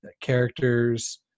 characters